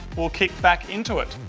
we'll kick back into it.